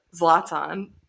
zlatan